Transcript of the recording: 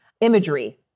imagery